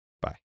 Bye